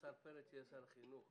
השר פרץ יהיה שר החינוך.